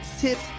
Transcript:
tips